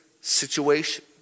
situation